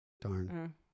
Darn